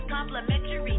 Complimentary